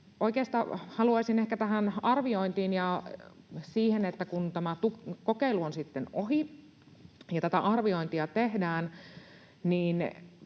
ehkä mennä tähän arviointiin ja siihen, kun tämä kokeilu on ohi ja tätä arviointia tehdään.